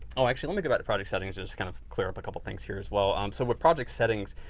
oh, actually let me go back to project settings to just kind of clear up a couple things here as well. um so, with project settings